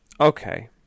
Okay